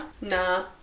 Nah